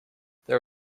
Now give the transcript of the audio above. there